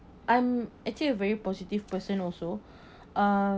I'm actually a very positive person also uh